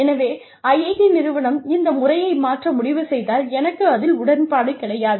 எனவே IIT நிறுவனம் இந்த முறையை மாற்ற முடிவு செய்தால் எனக்கு அதில் உடன்பாடு கிடையாது